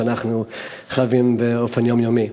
שאנחנו חווים באופן יומיומי.